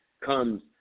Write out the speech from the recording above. comes